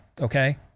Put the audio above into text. okay